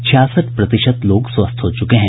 छियासठ प्रतिशत लोग स्वस्थ हो चुके हैं